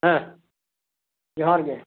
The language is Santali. ᱦᱮᱸ ᱡᱚᱦᱟᱨ ᱜᱮ